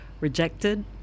rejected